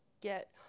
get